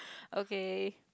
okay